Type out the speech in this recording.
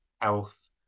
health